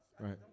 Right